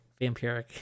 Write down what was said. vampiric